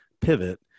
pivot